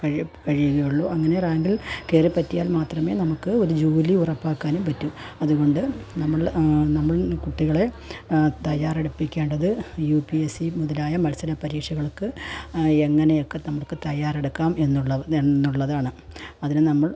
കഴിയുകയുള്ളു അങ്ങനെ റാങ്കിൽ കയറി പറ്റിയാൽ മാത്രമേ നമ്മൾക്ക് ഒരു ജോലി ഉറപ്പാക്കാനും പറ്റു അതുകൊണ്ട് നമ്മൾ നമ്മൾ കുട്ടികളെ തയ്യാറെടുപ്പിക്കേണ്ടത് യു പി എ സി മുതലായ മത്സര പരീക്ഷകൾക്ക് എങ്ങനെയൊക്കെ നമുക്ക് തയ്യാറെടുക്കാം എന്നുള്ളതാണ് അതിന് നമ്മൾ